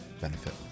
benefit